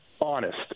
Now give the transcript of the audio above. honest